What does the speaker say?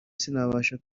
sinabasha